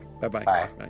bye-bye